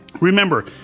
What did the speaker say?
Remember